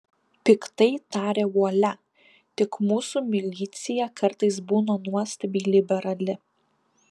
piktai tarė uolia tik mūsų milicija kartais būna nuostabiai liberali